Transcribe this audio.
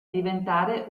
diventare